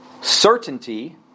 certainty